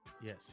yes